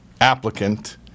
applicant